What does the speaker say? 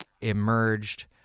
emerged